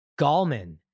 Gallman